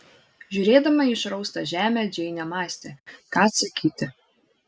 žiūrėdama į išraustą žemę džeinė mąstė ką atsakyti